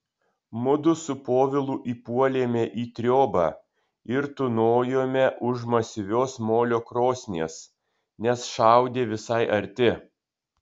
mudu su povilu įpuolėme į triobą ir tūnojome už masyvios molio krosnies nes šaudė visai arti